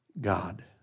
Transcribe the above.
God